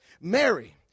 Mary